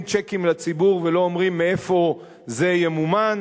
צ'קים לציבור ולא אומרים מאיפה זה ימומן.